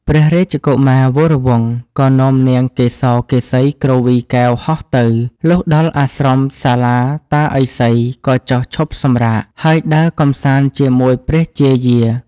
ព្រះរាជកុមារវរវង្ស ក៏នាំនាងកេសកេសីគ្រវីកែវហោះទៅ លុះដល់អាស្រមសាលាតាឥសី ក៏ចុះឈប់សម្រាក ហើយដើរកម្សាន្តជាមួយព្រះជាយា។